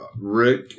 Rick